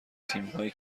تیمهایی